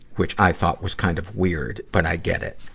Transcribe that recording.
which i thought was kind of weird, but i get it.